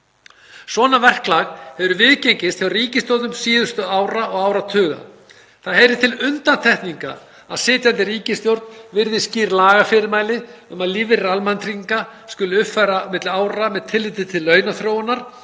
Svona verklag hefur viðgengist hjá ríkisstjórnum síðustu ára og áratuga. Það heyrir til undantekninga að sitjandi ríkisstjórn virði skýr lagafyrirmæli um að lífeyri almannatrygginga skuli uppfæra milli ára með tilliti til launaþróunar